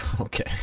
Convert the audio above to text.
Okay